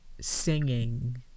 singing